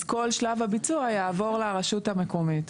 אז כל שלב הביצוע יעבור לרשות המקומית.